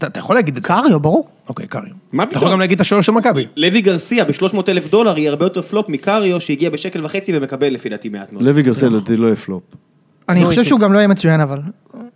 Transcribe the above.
אתה יכול להגיד את זה. – קאריו, ברור. אוקיי, קאריו. אתה יכול גם להגיד את השוער של מכבי. לוי גרסיה, ב-300,000 דולר, יהיה הרבה יותר פלופ מקאריו, שהגיע בשקל וחצי ומקבל לפי דעתי מעט מאוד. לוי גרסיה לא תהיה פלופ. אני חושב שהוא גם לא יהיה מצוין, אבל...